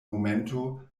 momento